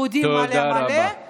יהודים מלא מלא,